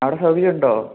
അവിടെ സൗകര്യമുണ്ടോ